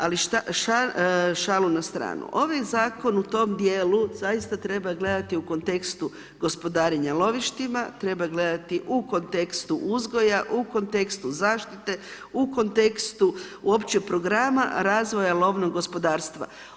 Ali šalu na stranu, ovaj zakon u tom dijelu zaista treba gledati u kontekstu gospodarenja lovištima, treba gledati u kontekstu uzgoja, u kontekstu zaštite, u kontekstu uopće programa razvoja lovnog gospodarstva.